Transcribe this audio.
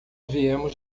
viemos